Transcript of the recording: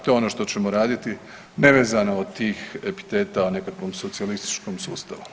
To je ono što ćemo raditi nevezano od tih epiteta o nekakvom socijalističkom sustavu.